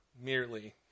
merely